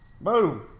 Boom